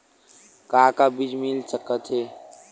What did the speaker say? का का बीज मिल सकत हे?